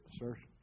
assertion